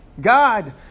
God